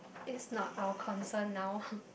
is not our concern now